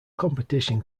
competition